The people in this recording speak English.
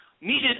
needed